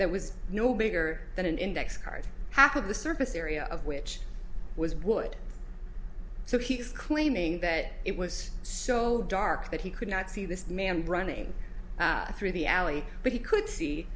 that was no bigger than an index card half of the surface area of which was wood so he is claiming that it was so dark that he could not see this man running through the alley but he could see